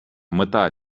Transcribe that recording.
мета